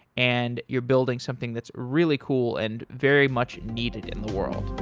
and you're building something that's really cool and very much needed in the world.